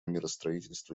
миростроительство